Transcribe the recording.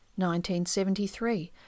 1973